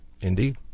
indeed